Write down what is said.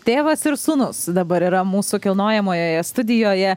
tėvas ir sūnus dabar yra mūsų kilnojamojoje studijoje